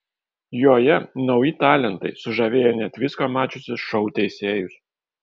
joje nauji talentai sužavėję net visko mačiusius šou teisėjus